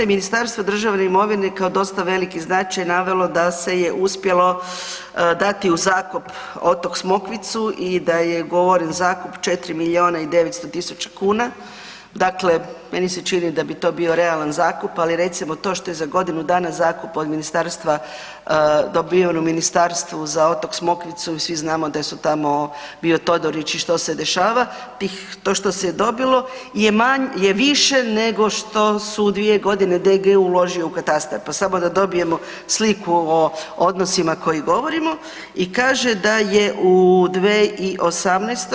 Ministarstvo državne imovine je kao dosta veliki značaj navelo da se je uspjelo dati u zakup otok Smokvicu i da je ugovoren zakup 4 milijuna i 900 tisuća kuna, dakle meni se čini da bi to bio realan zakup, ali recimo to što je za godinu dana zakup od ministarstva, dobiven u ministarstvu za otok Smokvicu i svi znamo da su tamo bio Todorić i što se dešava, tih, to što se je dobilo je više nego što su u 2.g. DGU uložio u katastar, pa samo da dobijemo sliku o odnosima koje govorimo i kaže da je u 2018.